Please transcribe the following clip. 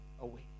away